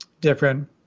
different